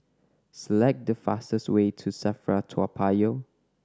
select the fastest way to SAFRA Toa Payoh